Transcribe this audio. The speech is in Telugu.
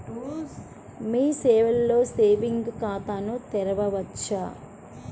మీ సేవలో సేవింగ్స్ ఖాతాను తెరవవచ్చా?